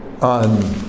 on